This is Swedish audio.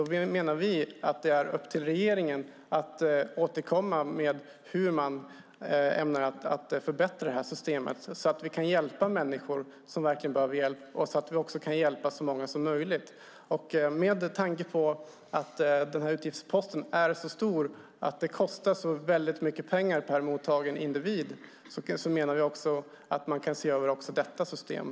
Vi menar att det är upp till regeringen att återkomma med uppgifter om hur man ämnar förbättra systemet så att vi, som sagt, kan hjälpa de människor som verkligen behöver hjälp och så att vi kan hjälpa så många som möjligt. Med tanke på att den här utgiftsposten är så stor, att det kostar så mycket pengar per mottagen individ, kan man, menar vi, se över också detta system.